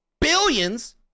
billions